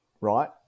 Right